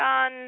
on